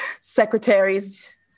secretaries